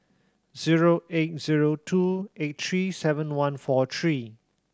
zero eight zero two eight three seven one four three